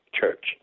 church